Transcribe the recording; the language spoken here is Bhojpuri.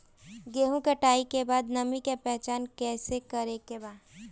गेहूं कटाई के बाद नमी के पहचान कैसे करेके बा?